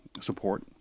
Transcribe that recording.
support